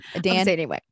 Dan